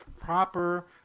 proper